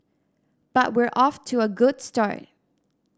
but we're off to a good start